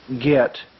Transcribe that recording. get